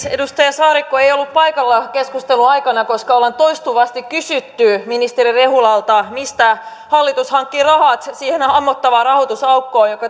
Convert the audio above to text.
edustaja saarikko ei ollut paikalla keskustelun aikana koska ollaan toistuvasti kysytty ministeri rehulalta mistä hallitus hankkii rahat siihen ammottavaan rahoitusaukkoon jonka